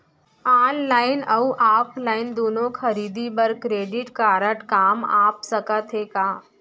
Online अऊ offline दूनो खरीदी बर क्रेडिट कारड काम आप सकत हे का?